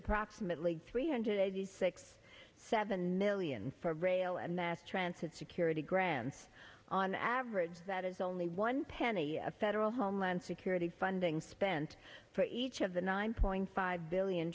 approximately three hundred eighty six seven million for rail and mass transit security grants on average that is only one penny of federal homeland security funding spent for each of the nine point five billion